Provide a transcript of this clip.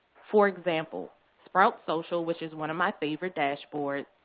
for example, sprout social, which is one of my favorite dashboards,